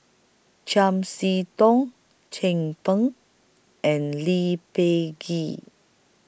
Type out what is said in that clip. Chiam See Tong Chin Peng and Lee Peh Gee